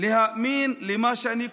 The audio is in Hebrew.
להאמין למה שאני קורא.